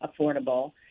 affordable